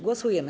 Głosujemy.